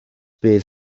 bydd